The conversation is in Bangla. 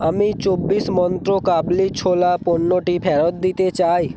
আমি চব্বিশ মন্ত্র কাবলি ছোলা পণ্যটি ফেরত দিতে চাই